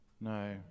no